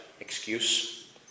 excuse